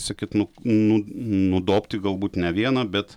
sakyt nu nu nudobti galbūt ne vieną bet